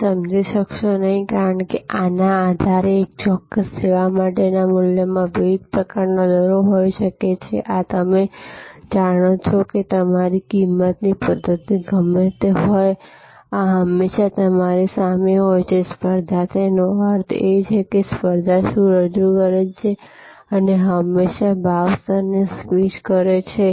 તમે સમજી શકશો નહીં કારણ કે આના આધારે એક ચોક્કસ સેવા માટેના મૂલ્યમાં વિવિધ પ્રકારના દર હોઈ શકે છે આ તમે જાણો છો કે તમારી કિંમતની પદ્ધતિ ગમે તે હોય આ હંમેશા તમારી સામે હોય છે સ્પર્ધાતેનો અર્થ એ કે સ્પર્ધા શું રજૂ કરે છે જે હંમેશા ભાવ સ્તરને સ્ક્વિઝ કરે છે